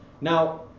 Now